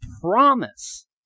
promise